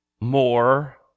more